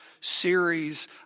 series